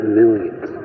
millions